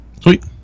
Sweet